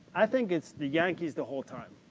i think it's the yankees the whole time,